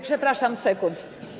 Przepraszam, sekund.